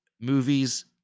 movies